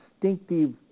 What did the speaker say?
distinctive